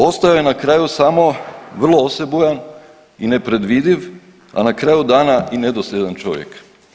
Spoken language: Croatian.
Ostao je na kraju samo vrlo osebujan i nepredvidiv, a na kraju dana i nedosljedan čovjek.